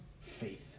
faith